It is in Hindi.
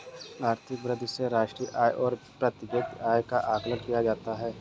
आर्थिक वृद्धि से राष्ट्रीय आय और प्रति व्यक्ति आय का आकलन किया जाता है